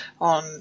on